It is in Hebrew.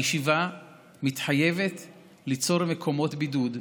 הישיבה מתחייבת ליצור מקומות בידוד.